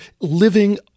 living